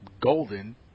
Golden